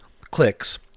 clicks